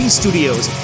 studios